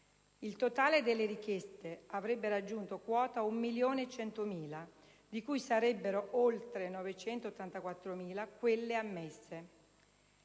Il totale delle richieste avrebbe raggiunto quota 1.100.000, di cui sarebbero oltre 984.000 quelle ammesse.